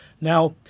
Now